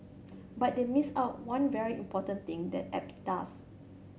but they missed out one very important thing that app does